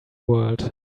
world